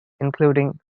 including